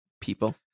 people